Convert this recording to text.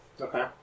Okay